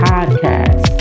Podcast